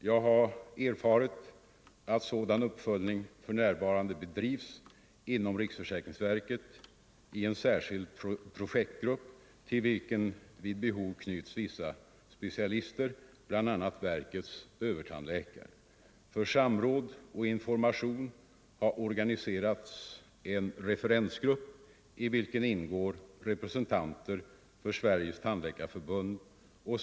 Jag har erfarit att sådan uppföljning för närvarande bedrivs inom riksförsäkringsverket i en särskild projektgrupp, till vilken vid behov knyts vissa specialister, bl.a. verkets övertandläkare. För samråd och information har organiserats en referensgrupp i vilken ingår representanter för Sveriges tandläkarförbund.